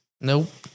Nope